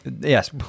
Yes